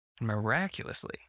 Miraculously